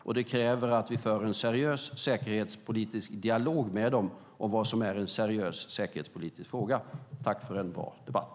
Och det kräver att vi för en seriös säkerhetspolitisk dialog med dem om vad som är en seriös säkerhetspolitisk fråga. Tack för en bra debatt!